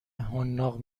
حناق